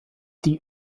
die